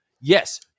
Yes